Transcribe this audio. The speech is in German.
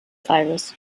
aires